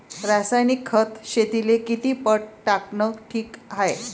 रासायनिक खत शेतीले किती पट टाकनं ठीक हाये?